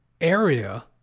area